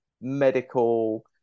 medical